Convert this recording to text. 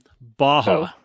Baja